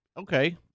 Okay